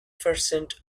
percent